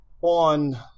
on